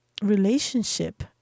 relationship